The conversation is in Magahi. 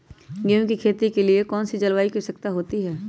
गेंहू की खेती के लिए कौन सी जलवायु की आवश्यकता होती है?